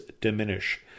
diminish